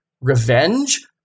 revenge